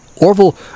Orville